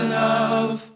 love